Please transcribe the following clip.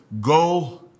go